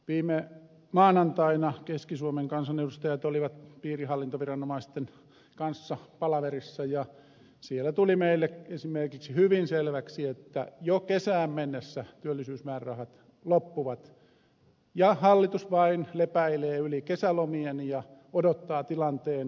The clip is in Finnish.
viime maanantaina keski suomen kansanedustajat olivat piirihallintoviranomaisten kanssa palaverissa ja siellä tuli meille esimerkiksi hyvin selväksi että jo kesään mennessä työllisyysmäärärahat loppuvat ja hallitus vain lepäilee yli kesälomien ja odottaa tilanteen pahenemista